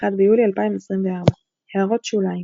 1 ביולי 2024 == הערות שוליים שוליים ==